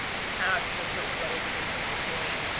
past a certain relatively simple point.